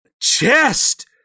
chest